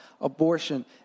abortion